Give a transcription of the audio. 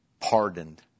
pardoned